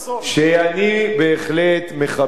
שאני בהחלט מכבד,